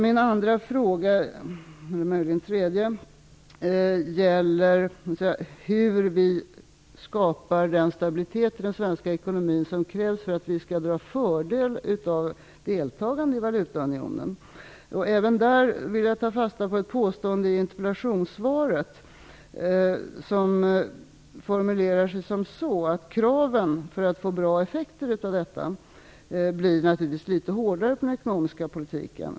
Min tredje fråga gäller hur vi skapar den stabilitet i den svenska ekonomin som krävs för att vi skall kunna dra fördel av deltagandet i valutaunionen. Även där vill jag ta fasta på ett påstående i interpellationssvaret om att kraven på den ekonomiska politiken för att få bra effekter av detta naturligtvis blir litet hårdare.